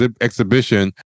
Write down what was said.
exhibition